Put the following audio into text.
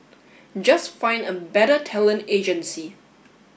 just find a better talent agency